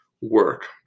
work